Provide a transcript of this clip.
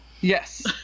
yes